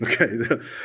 Okay